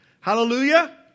Hallelujah